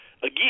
Again